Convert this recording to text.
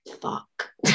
fuck